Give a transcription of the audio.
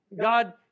God